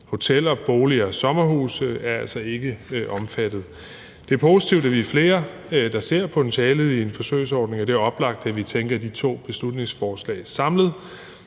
Hoteller, boliger, sommerhuse er altså ikke omfattet. Det er positivt, at vi er flere, der ser potentiale i en forsøgsordning, og det er oplagt, at vi tænker de to beslutningsforslag samlet.